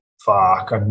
fuck